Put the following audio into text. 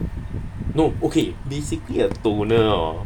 no okay basically a toner 哦